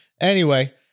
Anyway-